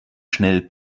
schnell